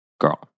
girl